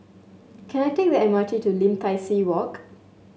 can I take the M R T to Lim Tai See Walk